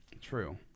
true